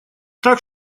так